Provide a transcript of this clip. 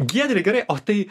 giedrei gerai o tai